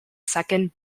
second